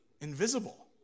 invisible